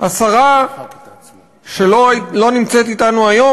השרה שלא נמצאת אתנו היום,